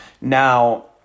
Now